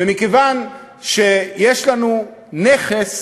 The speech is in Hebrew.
ומכיוון שיש לנו נכס